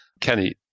Kenny